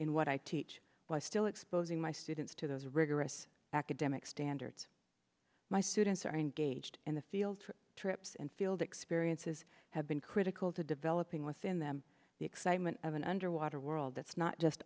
in what i teach by still exposing my students to those rigorous academic standards my students are engaged in the field trips and field experiences have been critical to developing within them the excitement of an underwater world that's not just